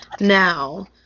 Now